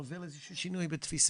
להוביל איזה שהוא שינוי בתפיסה.